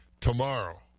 tomorrow